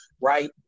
right